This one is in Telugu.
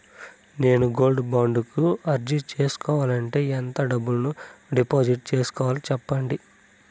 నేను గోల్డ్ బాండు కు అర్జీ సేసుకోవాలంటే ఎంత డబ్బును డిపాజిట్లు సేసుకోవాలి సెప్పండి